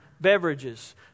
beverages